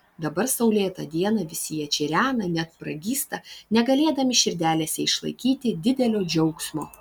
dabar saulėtą dieną visi jie čirena net pragysta negalėdami širdelėse išlaikyti didelio džiaugsmo